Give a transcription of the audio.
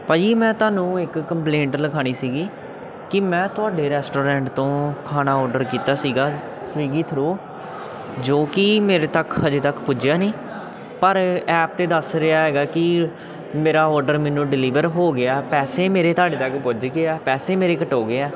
ਭਾਅ ਜੀ ਮੈਂ ਤੁਹਾਨੂੰ ਇੱਕ ਕੰਪਲੇਂਟ ਲਿਖਾਉਣੀ ਸੀਗੀ ਕਿ ਮੈਂ ਤੁਹਾਡੇ ਰੈਸਟੋਰੈਂਟ ਤੋਂ ਖਾਣਾ ਔਡਰ ਕੀਤਾ ਸੀਗਾ ਸਵਿਗੀ ਥਰੂ ਜੋ ਕੀ ਮੇਰੇ ਤੱਕ ਹਜੇ ਤੱਕ ਪੁਜਿਆ ਨਹੀਂ ਪਰ ਐਪ 'ਤੇ ਦੱਸ ਰਿਹਾ ਹੈਗਾ ਕਿ ਮੇਰਾ ਔਡਰ ਮੈਨੂੰ ਡਿਲੀਵਰ ਹੋ ਗਿਆ ਪੈਸੇ ਮੇਰੇ ਤੁਹਾਡੇ ਤੱਕ ਪੁੱਜ ਗਏ ਆ ਪੈਸੇ ਮੇਰੇ ਕਟ ਹੋ ਗਏ ਹੈ